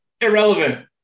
irrelevant